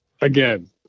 Again